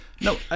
No